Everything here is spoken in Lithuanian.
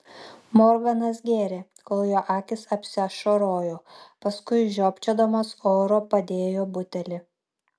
morganas gėrė kol jo akys apsiašarojo paskui žiopčiodamas oro padėjo butelį